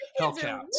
hellcats